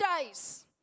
days